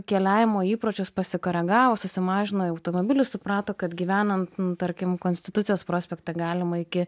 keliavimo įpročius pasikoregavo susimažino automobilius suprato kad gyvenant nu tarkim konstitucijos prospekte galima iki